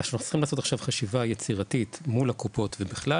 מה שאנחנו צריכים לעשות עכשיו זה חשיבה יצירתית מול הקופות ובכלל,